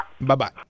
Bye-bye